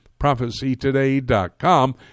prophecytoday.com